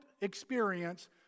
experience